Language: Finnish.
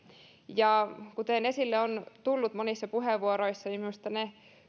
kuten esille on tullut monissa puheenvuoroissa niin minusta ne